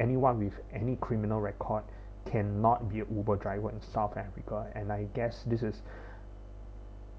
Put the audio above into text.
anyone with any criminal record can not be a uber driver in south africa and I guess this is